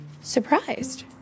surprised